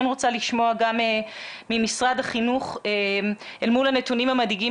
רוצה לשמוע גם ממשרד החינוך אל מול הנתונים המדאיגים